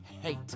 hate